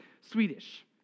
Swedish